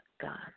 gone